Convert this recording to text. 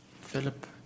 Philip